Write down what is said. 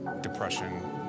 depression